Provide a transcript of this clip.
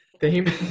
theme